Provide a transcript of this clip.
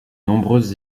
nombreuses